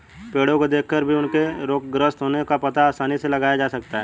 पेड़ो को देखकर भी उनके रोगग्रस्त होने का पता आसानी से लगाया जा सकता है